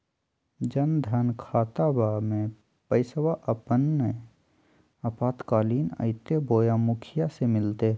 जन धन खाताबा में पैसबा अपने आपातकालीन आयते बोया मुखिया से मिलते?